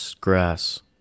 grass